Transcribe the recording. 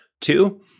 two